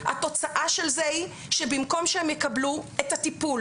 התוצאה של זה היא שבמקום שהם יקבלו את הטיפול